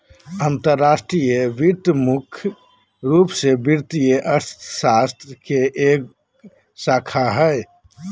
अंतर्राष्ट्रीय वित्त मुख्य रूप से वित्तीय अर्थशास्त्र के एक शाखा हय